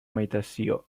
meditació